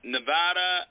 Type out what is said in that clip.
Nevada